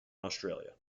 australia